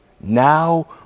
Now